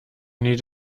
need